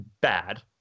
bad